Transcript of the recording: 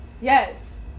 Yes